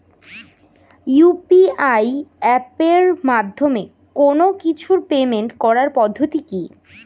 UPI এপের মাধ্যমে কোন কিছুর পেমেন্ট করার পদ্ধতি কি?